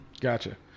Gotcha